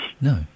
No